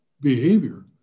behavior